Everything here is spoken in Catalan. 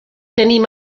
tenim